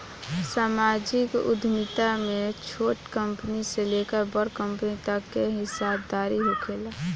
सामाजिक उद्यमिता में छोट कंपनी से लेकर बड़ कंपनी तक के हिस्सादारी होखेला